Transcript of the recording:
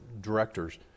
directors